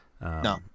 no